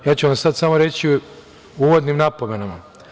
Ja ću vam sada samo reći u uvodnim napomenama.